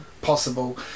possible